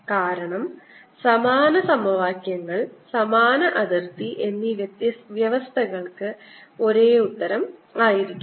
കാരണം സമാന സമവാക്യങ്ങൾ സമാന അതിർത്തി എന്നീ വ്യവസ്ഥകൾക്ക് ഒരേ ഉത്തരം ആയിരിക്കണം